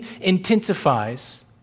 intensifies